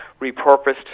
repurposed